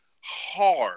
hard